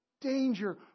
danger